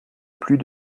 plus